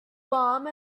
warm